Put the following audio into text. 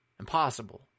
Impossible